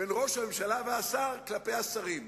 בין ראש הממשלה והשר כלפי השרים.